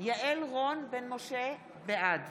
יעל רון בן משה, בעד